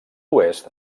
oest